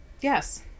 Yes